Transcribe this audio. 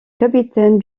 capitaine